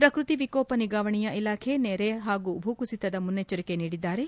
ಪ್ರಕೃತಿ ವಿಕೋಪ ನಿಗಾವಣೆಯ ಇಲಾಖೆ ನೆರೆ ಹಾಗೂ ಭೂಕುಸಿತದ ಮುನ್ನೆಚ್ಚರಿಕೆ ನೀಡಿದ್ದಾರೆ